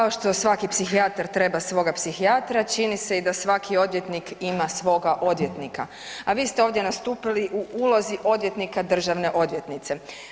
Kao što svaki psihijatar treba svoga psihijatra, čini se i da svaki odvjetnik ima svoga odvjetnika, a vi ste ovdje nastupili u ulozi odvjetnika državne odvjetnice.